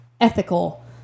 ethical